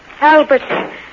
Albert